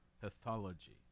Pathology